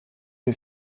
der